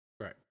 Right